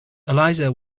eliza